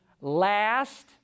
last